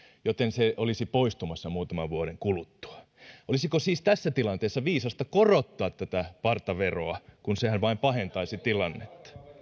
joten se olisi poistumassa muutaman vuoden kuluttua olisiko siis tässä tilanteessa viisasta korottaa tätä partaveroa kun sehän vain pahentaisi tilannetta